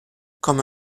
comme